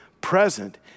present